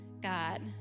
God